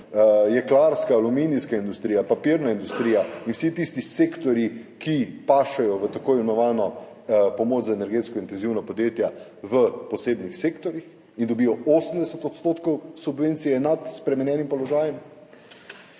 jeklarska, aluminijska industrija, papirna industrija in vsi tisti sektorji, ki pašejo v tako imenovano pomoč za energetsko intenzivna podjetja v posebnih sektorjih in dobijo 80 % subvencije nad spremenjenim položajem,